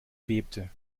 bebte